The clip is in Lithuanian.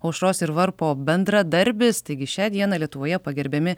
aušros ir varpo bendradarbis taigi šią dieną lietuvoje pagerbiami